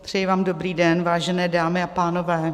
Přeji vám dobrý den, vážené dámy a pánové.